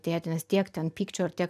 tėtį nes tiek ten pykčio ir tiek